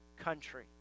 country